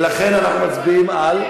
ולכן אנחנו מצביעים על,